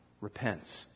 Repent